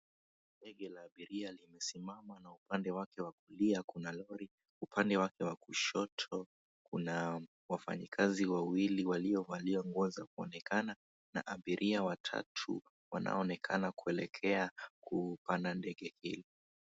Ndege la abiria limesimama na upande wake wa kulia kuna lori. Upande wake wa kushoto kuna wafanyikazi wawili waliovalia nguo za kuonekana na abiria watatu wanaonekana kuelekea kuupanda ndege hili.